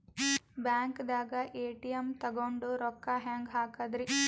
ಬ್ಯಾಂಕ್ದಾಗ ಎ.ಟಿ.ಎಂ ತಗೊಂಡ್ ರೊಕ್ಕ ಹೆಂಗ್ ಹಾಕದ್ರಿ?